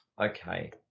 Okay